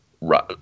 right